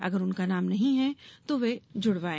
अगर उनका नाम नहीं है तो वे जुड़वाए